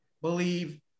believe